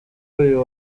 uyu